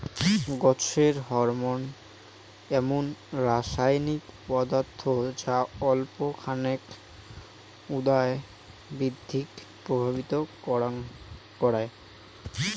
গছের হরমোন এমুন রাসায়নিক পদার্থ যা অল্প খানেক উয়ার বৃদ্ধিক প্রভাবিত করায়